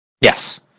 Yes